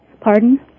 Pardon